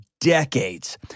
decades